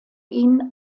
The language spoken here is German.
ihn